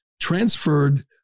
transferred